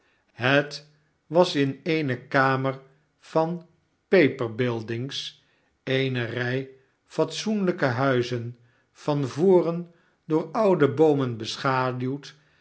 het was in eene kamer van paper buildings eene rij fatsoenlijke huizen van voren door oude boomen beschaduwd